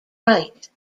right